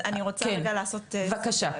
אז אני רוצה באמת לעשות סדר.